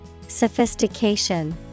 Sophistication